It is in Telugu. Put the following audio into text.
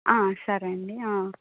సరే అండి